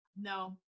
No